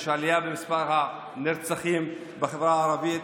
יש עלייה במספר הנרצחים בחברה הערבית.